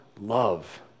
love